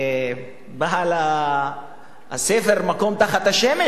בעל הספר "מקום תחת השמש",